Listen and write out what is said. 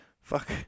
Fuck